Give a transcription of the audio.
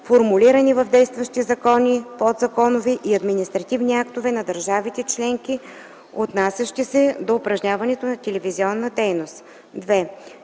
формулирани в действащи закони, подзаконови и административни актове на държавите членки, отнасящи се до упражняване на телевизионна дейност;